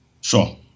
Sure